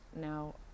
now